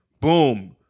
Boom